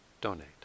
donate